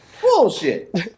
Bullshit